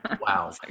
Wow